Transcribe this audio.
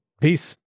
Peace